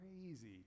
crazy